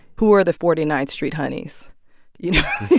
who are the forty ninth street honeys you know